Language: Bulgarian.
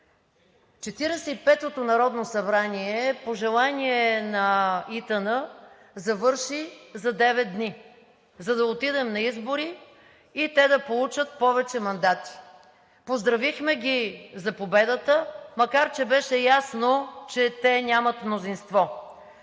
петото народно събрание по желание на ИТН завърши за девет дни, за да отидем на избори и те да получат повече мандати. Поздравихме ги за победата, макар че беше ясно, че те нямат мнозинство.